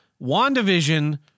WandaVision